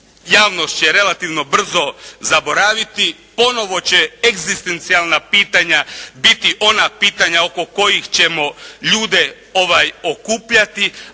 javnost će relativno brzo zaboraviti. Ponovo će egzistencijalna pitanja biti ona pitanja oko kojih ćemo ljude okupljati.